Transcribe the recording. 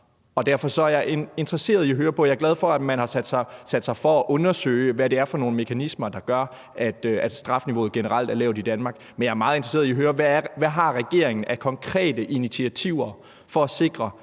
gang på gang uden rimelig straf. Jeg er glad for, at man har sat sig for at undersøge, hvad det er for nogle mekanismer, der gør, at strafniveauet generelt er lavt i Danmark. Men jeg er meget interesseret i at høre, hvad regeringen har af konkrete initiativer for at sikre,